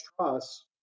Trust